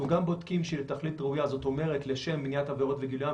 מעבר לעתירה שהוגשה לגבי הנושא של זיהוי פנים,